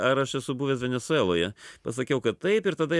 ar aš esu buvęs venesueloje pasakiau kad taip ir tada